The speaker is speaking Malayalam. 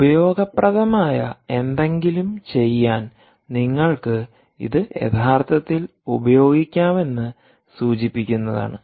ഉപയോഗപ്രദമായ എന്തെങ്കിലും ചെയ്യാൻ നിങ്ങൾക്ക് ഇത് യഥാർത്ഥത്തിൽ ഉപയോഗിക്കാമെന്ന് സൂചിപ്പിക്കുന്നതാണ്